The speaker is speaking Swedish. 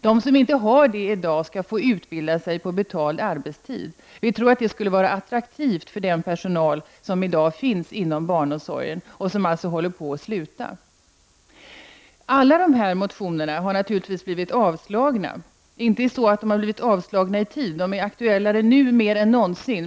De som inte har sådan utbildning i dag skall få utbilda sig på betald arbetstid. Vi tror att det skulle vara attraktivt för den personal som i dag finns inom barnomsorgen men som är på väg att sluta. Alla dessa motioner föreslås naturligtvis bli avslagna. De har inte blivit avslagna i tiden, de är aktuellare nu än någonsin.